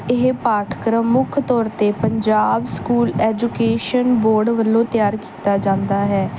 ਇਹ ਪਾਠਕ੍ਰਮ ਮੁੱਖ ਤੌਰ 'ਤੇ ਪੰਜਾਬ ਸਕੂਲ ਐਜੂਕੇਸ਼ਨ ਬੋਰਡ ਵੱਲੋਂ ਤਿਆਰ ਕੀਤਾ ਜਾਂਦਾ ਹੈ